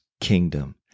kingdom